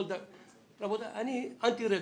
רבותיי, אני אנטי-רגישות,